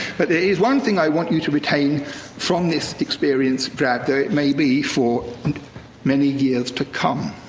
but there is one thing i want you to retain from this experience, drab though it may be, for and many years to come.